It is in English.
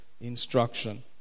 instruction